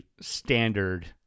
standard